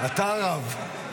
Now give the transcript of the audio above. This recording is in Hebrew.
אתה הרב.